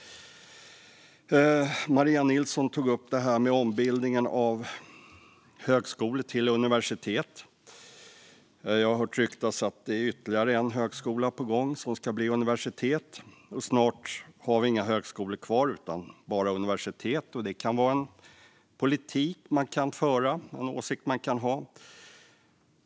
Maria Nilsson tog upp ombildningen av högskolor till universitet. Jag har hört ryktas att det är ytterligare en högskola som ska bli universitet. Snart har vi inga högskolor kvar utan bara universitet. Det kan vara en politik man kan föra och en åsikt man kan ha.